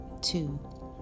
two